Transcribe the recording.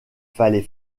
fallait